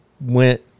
went